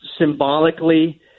symbolically